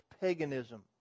paganism